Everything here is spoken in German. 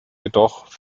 jedoch